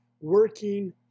working